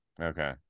Okay